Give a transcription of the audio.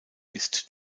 ist